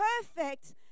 perfect